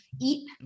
eat